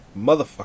Motherfucker